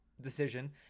decision